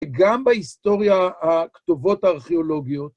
וגם בהיסטוריה הכתובות הארכיאולוגיות.